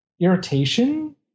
irritation